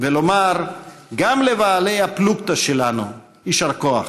ולומר גם לבני הפלוגתא שלנו: יישר כוח.